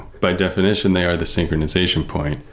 by definition, they are the synchronization point.